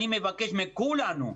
אני מבקש מכולנו,